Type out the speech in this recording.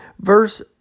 Verse